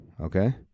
Okay